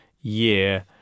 year